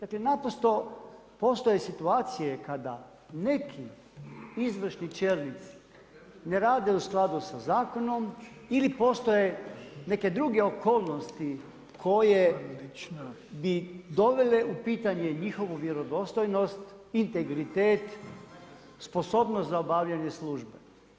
Kad je naprosto postoje situacije, kada neki izvršni čelnici ne rade u skladu sa zakonom, ili postoje neke druge okolnosti, koje bi dovele u pitanje njihovu vjerodostojnost, integritet, sposobnost za obavljanje službe.